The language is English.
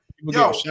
yo